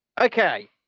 Okay